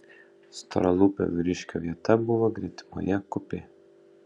storalūpio vyriškio vieta buvo gretimoje kupė